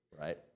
right